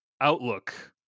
outlook